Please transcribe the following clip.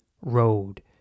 road